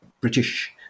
British